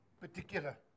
particular